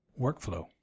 workflow